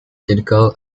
technical